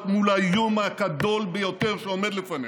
מול האיום הגדול ביותר שעומד לפנינו.